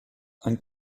ein